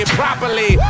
properly